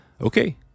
Okay